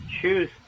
choose